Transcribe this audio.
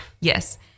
Yes